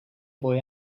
boy